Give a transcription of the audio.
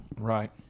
Right